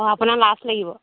অ' আপোনাৰ লাজ লাগিব